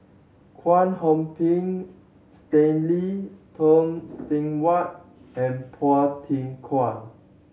Kwek Hong Png Stanley Toft Stewart and Phua Thin Kiay